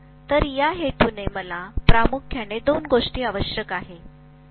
तर या हेतूसाठी मला प्रामुख्याने दोन गोष्टी आवश्यक आहेत